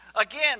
Again